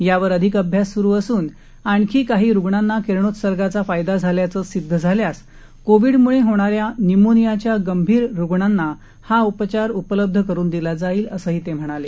यावर अधिक अभ्यास सुरू असून आणखी काही रुग्णांना किरणोत्सर्गाचा फायदा झाल्याचं सिद्ध झाल्यास कोविडमुळे होणाऱ्या न्यूमोनियाच्या गंभीर रूग्णांना हा उपचार उपलब्ध करुन दिला जाईल असंही ते म्हणाले